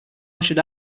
should